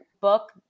book